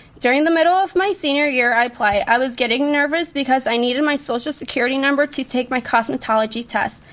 during the middle of my senior year, i applied. i was getting nervous because i needed my social security number to take my cosmetology test.